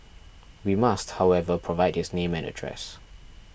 he must however provide his name and address